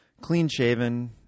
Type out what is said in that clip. clean-shaven